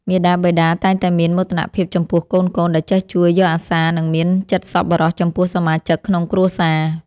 មាតាបិតាតែងតែមានមោទនភាពចំពោះកូនៗដែលចេះជួយយកអាសារនិងមានចិត្តសប្បុរសចំពោះសមាជិកក្នុងគ្រួសារ។